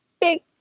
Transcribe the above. big